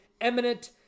eminent